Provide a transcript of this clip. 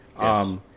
Yes